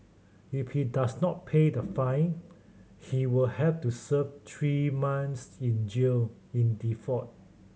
if he does not pay the fine he will have to serve three months in jail in default